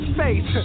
face